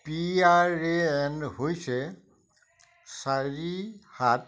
মোৰ P R A N হৈছে চাৰি সাত